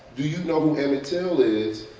do you know who emmett till is,